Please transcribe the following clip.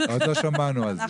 עוד לא שמענו על זה.